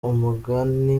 umugani